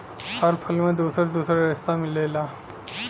हर फल में दुसर दुसर रेसा मिलेला